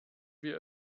wir